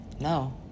No